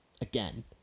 again